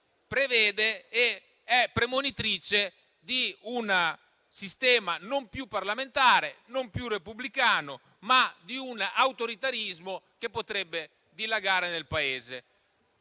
prevede ed è premonitrice di un sistema non più parlamentare, non più repubblicano, ma di un autoritarismo che potrebbe dilagare nel Paese.